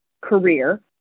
career